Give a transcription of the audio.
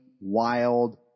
wild